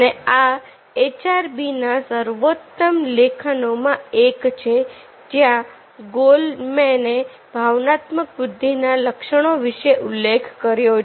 અને આ એચઆરબી ના સર્વોત્તમ લેખોમાં નો એક છે જ્યાં ગોલમેને ભાવનાત્મક બુદ્ધિ ના લક્ષણો વિશે ઉલ્લેખ કર્યો છે